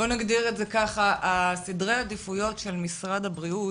בוא נגדיר את זה ככה סדרי העדיפויות של משרד הבריאות,